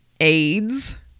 AIDS